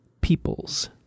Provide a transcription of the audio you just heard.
peoples